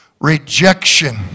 rejection